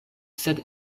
sed